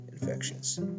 infections